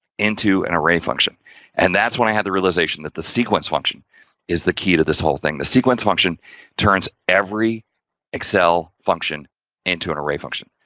into an array function and that's when i had the realization that the sequence function is the key to this whole thing, the sequence function turns every excel function into an array function.